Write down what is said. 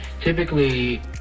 typically